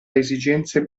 esigenze